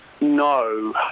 No